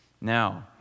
Now